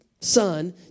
son